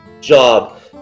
job